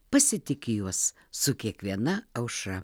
pasitiki juos su kiekviena aušra